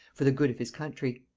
for the good of his country.